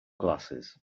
glasses